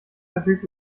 verfügt